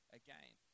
again